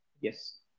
Yes